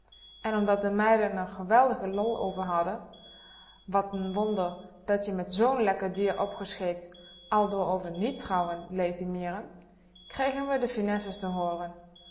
en omdat de meiden r n geweldige lol over hadden wat n wonder dat je met z'n lekker dier opgescheept aldoor over nièt trouwen lee te mieren kregen we de finesses te hooren